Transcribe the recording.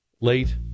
late